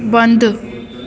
बंदि